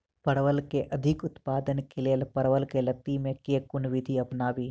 परवल केँ अधिक उत्पादन केँ लेल परवल केँ लती मे केँ कुन विधि अपनाबी?